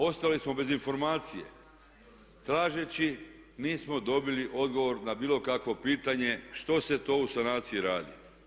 Ostali smo bez informacije, tražeći nismo dobili odgovor na bilo kakvo pitanje što se to u sanaciji radi.